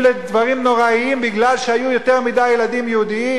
לדברים נוראיים מפני שהיו יותר מדי ילדים יהודים?